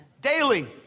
daily